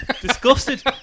Disgusted